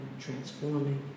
transforming